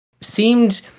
seemed